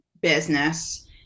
business